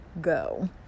go